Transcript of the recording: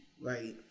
right